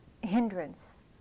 hindrance